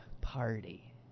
Party